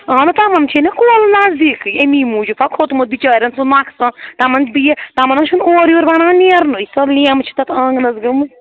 اَہنُو تِمن چھے نا کۄل نزدیٖکٕے امے موٗجوٗب ہا کھوٚتمُت بِچارٮ۪ن سُہ نۄقصان تِمن بیٚیہِ تِمن ہاو چھُنہٕ اورٕ یورٕ بَنان نیرنُے سۄ لیمب چھِ تَتھ آنٛگنَس گٔمٕژ